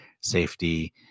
safety